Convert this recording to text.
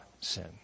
sin